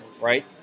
right